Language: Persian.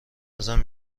ازم